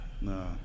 No